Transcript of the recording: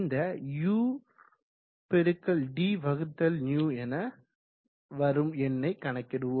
இந்த udυ என வரும் எண்ணை கணக்கிடுவோம்